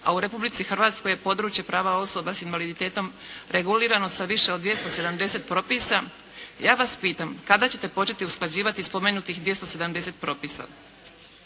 a u Republici Hrvatskoj je područje prava osoba sa invaliditetom regulirano sa više od 270 propisa. Ja vas pitam, kada će te početi usklađivati spomenutih 270 propisa?